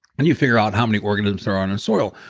and you figure out how many organisms are on a soil.